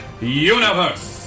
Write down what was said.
Universe